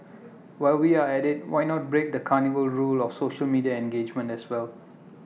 while we are at IT why not break the cardinal rule of social media engagement as well